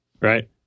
right